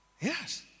Yes